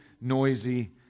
noisy